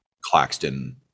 Claxton